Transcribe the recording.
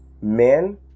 men